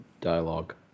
dialogue